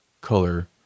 color